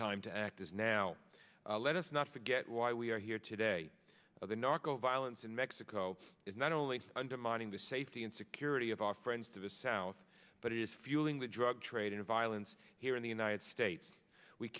time to act is now let us not forget why we are here today the narco violence in mexico is not only undermining the safety and security of our friends to the south but it is fueling the drug trade and violence here in the united states we